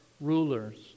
rulers